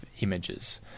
images